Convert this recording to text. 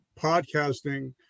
podcasting